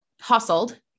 hustled